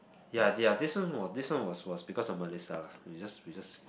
ya ya this one was this one was was because of Melissa lah we just we just